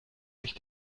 sich